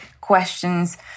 questions